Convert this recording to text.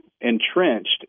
entrenched